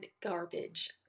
garbage